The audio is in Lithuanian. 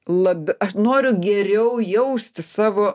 lab aš noriu geriau jausti savo